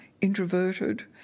introverted